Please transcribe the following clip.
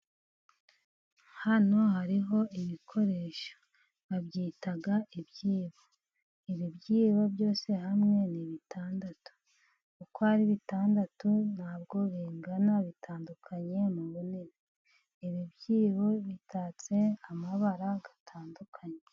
Hano hariho ibikoresho. babyita ibyibo. Ibi byigwa byose hamwe ni bitandatu. Uko ari bitandatu nta bwo bingana, bitandukanye mu bunini. Ibi byibo bitatse amabara atandukanye.